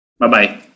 Bye-bye